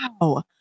Wow